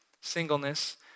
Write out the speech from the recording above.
singleness